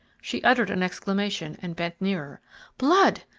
she uttered an exclamation and bent nearer blood!